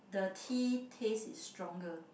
the tea taste is stronger